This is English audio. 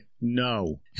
No